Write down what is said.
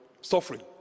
suffering